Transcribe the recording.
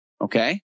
Okay